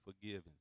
forgiven